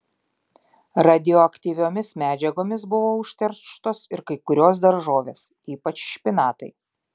radioaktyviomis medžiagomis buvo užterštos ir kai kurios daržovės ypač špinatai